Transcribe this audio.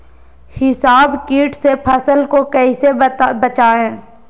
हिसबा किट से फसल को कैसे बचाए?